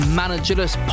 managerless